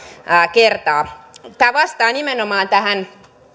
kertaa tämä vastaa nimenomaan tähän